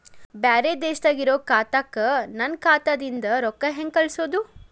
ಬ್ಯಾರೆ ದೇಶದಾಗ ಇರೋ ಖಾತಾಕ್ಕ ನನ್ನ ಖಾತಾದಿಂದ ರೊಕ್ಕ ಹೆಂಗ್ ಕಳಸೋದು?